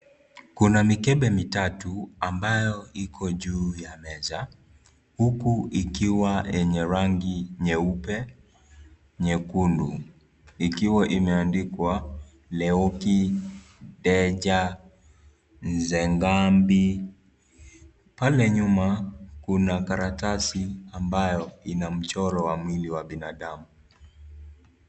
Kuna mikebe mitatu ambayo iko juu ya meza huku ikiwa yenye rangi nyeupe, nyekundu ikiwa imeandikwa leoki, danger, nzengambi. Pale nyuma kuna karatasi ambayo ina mchoro wa mwili wa binadamu.